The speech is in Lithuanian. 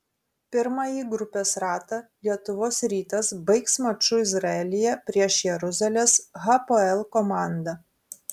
pirmąjį grupės ratą lietuvos rytas baigs maču izraelyje prieš jeruzalės hapoel komandą